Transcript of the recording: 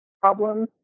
problems